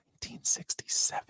1967